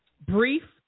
brief